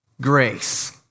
grace